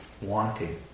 wanting